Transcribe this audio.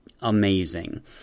amazing